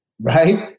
right